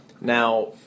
Now